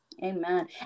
Amen